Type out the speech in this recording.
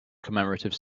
commemorative